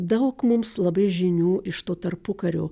daug mums labai žinių iš to tarpukario